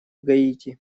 гаити